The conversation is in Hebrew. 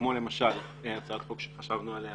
כמו למשל הצעת החוק שחשבנו עליה